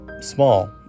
small